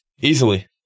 Easily